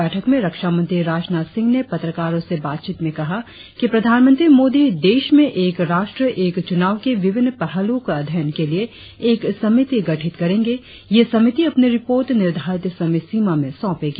बैठक में रक्षामंत्री राजनाथ सिंह ने पत्रकारों से बातचीत में कहा कि प्रधानमंत्री मोदी देश में एक राष्ट्र एक चुनाव के विभिन्न पहलुओं के अध्ययन के लिए एक समिति गठित करेंगे यह समिति अपनी रिपोर्ट निर्धारित समय सीमा में सौंपेगी